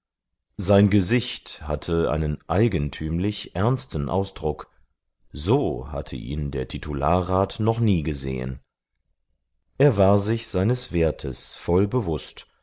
sein gesicht hatte einen eigentümlich ernsten ausdruck so hatte ihn der titularrat noch nie gesehen er war sich seines wertes voll bewußt